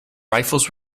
rifles